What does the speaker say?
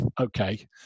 okay